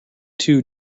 two